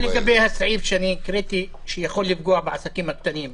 מה לגבי הסעיף שהקראתי שיכול לפגוע בעסקים הקטנים?